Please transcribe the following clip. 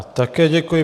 Také děkuji.